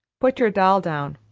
put your doll down!